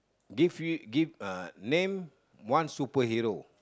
give you uh name one super hero